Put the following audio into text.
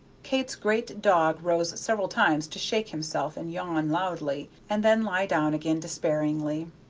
kate's great dog rose several times to shake himself and yawn loudly, and then lie down again despairingly.